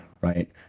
right